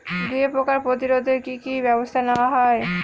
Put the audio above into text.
দুয়ে পোকার প্রতিরোধে কি কি ব্যাবস্থা নেওয়া হয়?